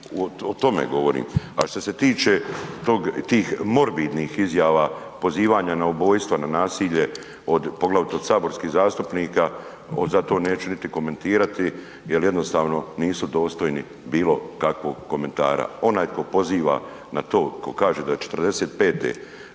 o tome govorim. A što se tiče tih morbidnih izjava pozivanja na ubojstva, na nasilje poglavito od saborskih zastupnika, to jednostavno neću ni komentirati jel jednostavno nisu dostojni bilo kakvog komentara. Onaj tko poziva na to, tko kaže da '45.